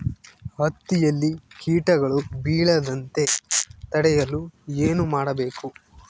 ಹತ್ತಿಯಲ್ಲಿ ಕೇಟಗಳು ಬೇಳದಂತೆ ತಡೆಯಲು ಏನು ಮಾಡಬೇಕು?